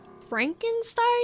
Frankenstein